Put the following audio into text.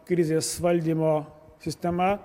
krizės valdymo sistema